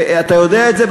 ואתה יודע את זה,